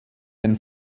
den